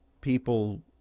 people